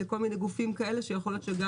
לכל מיני גופים כאלה שיכול להיות שגם